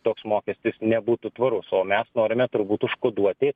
toks mokestis nebūtų tvarus o mes norime turbūt užkoduoti